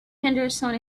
henderson